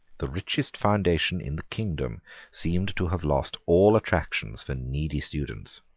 the richest foundation in the kingdom seemed to have lost all attractions for needy students.